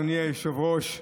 אדוני היושב-ראש,